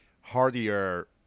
hardier